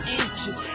inches